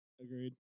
Agreed